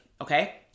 Okay